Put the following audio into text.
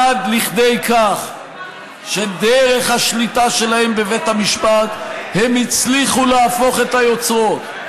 עד לידי כך שדרך השליטה שלהם בבית המשפט הם הצליחו להפוך את היוצרות,